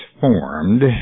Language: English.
formed